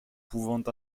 pouvant